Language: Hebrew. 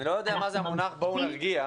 אני לא יודע מה זה המונח, בואו נרגיע,